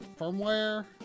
firmware